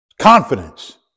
Confidence